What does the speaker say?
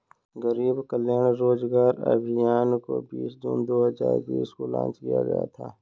गरीब कल्याण रोजगार अभियान को बीस जून दो हजार बीस को लान्च किया गया था